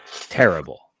terrible